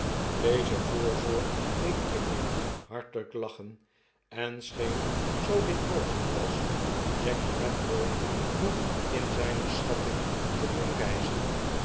deze voorzorg deed pickwick hartelyk lachen en scheen zoo dit mogelyk was jack redburn nog in zyne schatting te doen ryzen